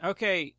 Okay